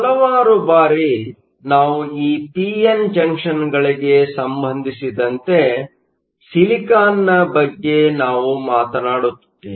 ಹಲವಾರು ಬಾರಿ ನಾವು ಈ ಪಿ ಎನ್ ಜಂಕ್ಷನ್ಗಳಿಗೆ ಸಂಬಂಧಿಸಿದಂತೆ ಸಿಲಿಕಾನ್ನ ಬಗ್ಗೆ ನಾವು ಮಾತನಾಡುತ್ತಿದ್ದೇವೆ